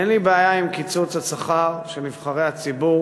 אין לי בעיה עם קיצוץ השכר של נבחרי הציבור